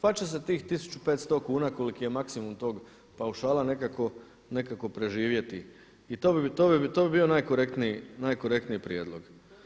Pa će se tih 1500 kuna koliki je maksimum tog paušala nekako preživjeti i to bi bio najkorektniji prijedlog.